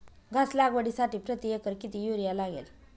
घास लागवडीसाठी प्रति एकर किती युरिया लागेल?